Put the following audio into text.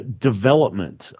development